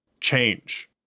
Change